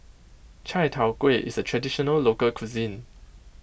Chai Tow Kuay is a Traditional Local Cuisine